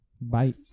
Bye